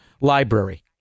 library